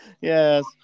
yes